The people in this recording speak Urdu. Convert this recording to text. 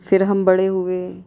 پھر ہم بڑے ہوئے